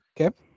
Okay